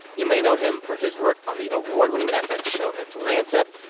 you may know him for his work on the award-winning fx show atlanta.